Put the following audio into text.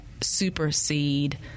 supersede